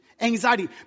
Anxiety